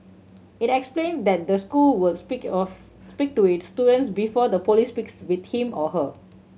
it explained that the school would speak of speak to its student before the police speaks with him or her